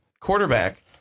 quarterback